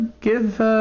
give